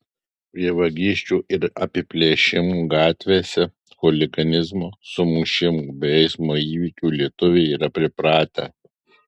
prie vagysčių ir apiplėšimų gatvėse chuliganizmo sumušimų bei eismo įvykių lietuviai yra pripratę